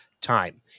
time